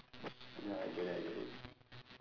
ya I get it I get it